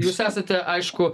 jūs esate aišku